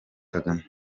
kagame